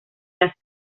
las